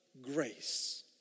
grace